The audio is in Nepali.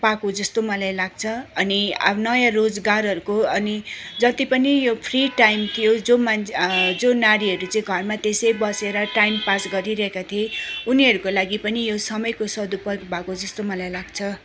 पाएको जस्तो मलाई लाग्छ अनि अब नयाँ रोजगारहरूको अनि जति पनि यो फ्री टाइम थियो जो मान् जो नारीहरू चाहिँ घरमा थियो त्यसै बसेर टाइम पास गरिरहेका थिए उनीहरूको लागि पनि यो समयको सदुपयोग भएको जस्तो मलाई लाग्छ